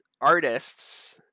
artists